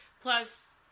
plus